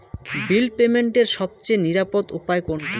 বিল পেমেন্টের সবচেয়ে নিরাপদ উপায় কোনটি?